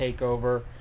TakeOver